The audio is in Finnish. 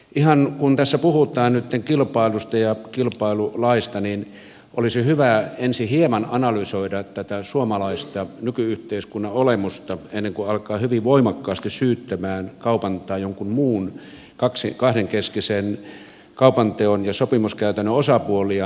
ihan kun tässä puhutaan nyt kilpailusta ja kilpailulaista olisi hyvä ensin hieman analysoida tätä suomalaista nyky yhteiskunnan olemusta ennen kuin alkaa hyvin voimakkaasti syyttämään kaupan tai jonkun muun kahdenkeskisen kaupanteon ja sopimuskäytännön osapuolia